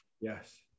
Yes